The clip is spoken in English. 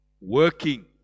working